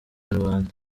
rubanda